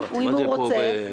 מה זה פה,